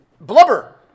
Blubber